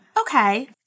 Okay